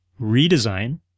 redesign